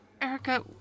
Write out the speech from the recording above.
Erica